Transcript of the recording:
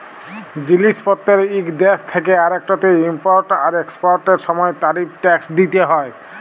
জিলিস পত্তের ইক দ্যাশ থ্যাকে আরেকটতে ইমপরট আর একসপরটের সময় তারিফ টেকস দ্যিতে হ্যয়